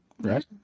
right